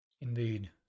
Indeed